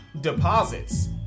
deposits